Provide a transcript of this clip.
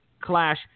clash